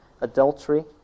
adultery